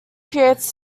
creates